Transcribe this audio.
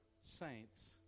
saints